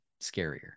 scarier